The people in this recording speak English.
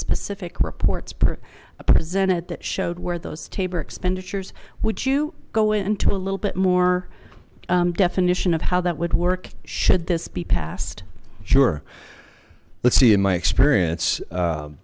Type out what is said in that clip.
specific reports per a presented that showed where those tabor expenditures would you go into a little bit more definition of how that would work should this be passed sure let's see in my experience